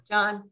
John